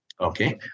Okay